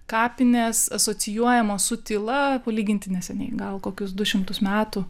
kapinės asocijuojamos su tyla palyginti neseniai gal kokius du šimtus metų